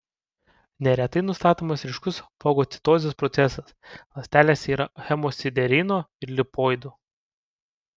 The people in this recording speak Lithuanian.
neretai nustatomas ryškus fagocitozės procesas ląstelėse yra hemosiderino ir lipoidų